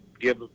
give